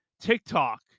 TikTok